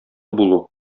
булу